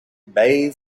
bathed